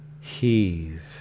Heave